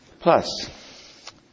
Plus